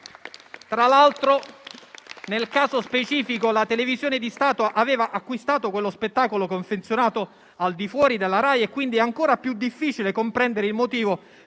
Tra l'altro, nel caso specifico, la televisione di Stato aveva acquistato quello spettacolo confezionato al di fuori della RAI e, quindi, è ancora più difficile comprendere il motivo